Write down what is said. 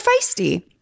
feisty